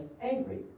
angry